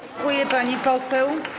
Dziękuję, pani poseł.